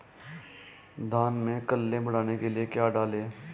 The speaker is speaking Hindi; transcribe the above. धान में कल्ले बढ़ाने के लिए क्या डालें?